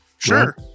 Sure